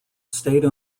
state